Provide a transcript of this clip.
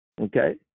Okay